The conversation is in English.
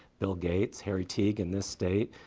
bill gates. harry teague in this state.